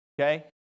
okay